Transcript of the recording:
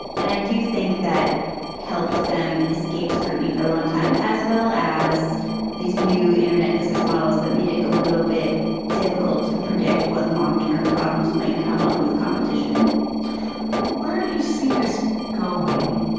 and i do think that helped them escape scrutiny for a long time, as well as these new internet business models that made it a little bit difficult to predict what long term problems might come up with competition where do you see this going?